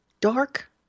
dark